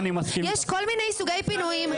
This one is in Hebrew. יש כל מיני סוגי פינויים,